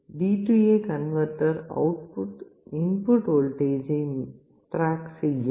DA converter output input வோல்டேஜை track செய்யும்